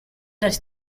that